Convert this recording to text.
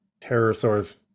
pterosaur's